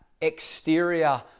exterior